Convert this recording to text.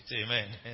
Amen